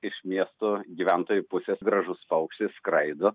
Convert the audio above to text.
iš miesto gyventojų pusės gražus paukštis skraido